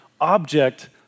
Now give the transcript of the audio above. object